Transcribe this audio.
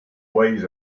ways